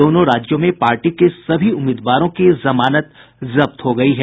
दोनों राज्यों में पार्टी के सभी उम्मीदवारों की जमानत जब्त हो गयी है